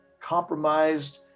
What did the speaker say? compromised